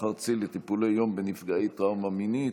ארצי לטיפולי יום בנפגעי טראומה מינית.